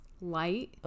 light